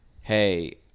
hey